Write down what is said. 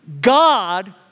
God